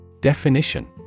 Definition